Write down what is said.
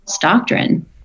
doctrine